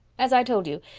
as i told you,